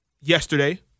yesterday